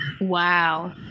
Wow